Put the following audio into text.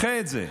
דחה את זה,